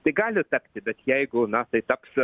tai gali tapti bet jeigu na tai taps